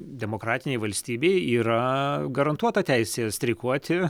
demokratinėj valstybėj yra garantuota teisė streikuoti